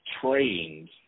trained